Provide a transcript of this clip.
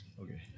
Okay